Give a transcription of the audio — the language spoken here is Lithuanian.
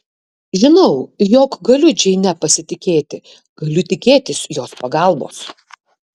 žinau jog galiu džeine pasitikėti galiu tikėtis jos pagalbos